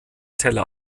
teller